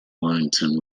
warrington